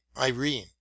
irene